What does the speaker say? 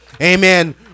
Amen